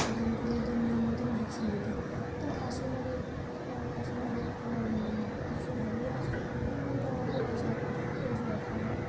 ওই জন্য করে ওদের নিয়ম মতন ভ্যাকসিন দিতে হয় তা পাশের বাড়ি আমার পাশের বাড়ি একটা পাশে ভাবী আছে ভাবীটা পোলট্রি সা পোলট্রির ব্যবসা করে